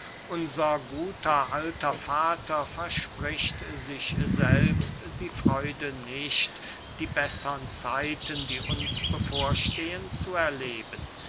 unser guter alter vater verspricht sich selbst die freude nicht die bessern zeiten die uns bevorstehen zu erleben